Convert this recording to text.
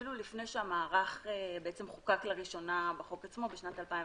אפילו לפני שהמערך חוקק לראשונה בחוק עצמו בשנת 2011,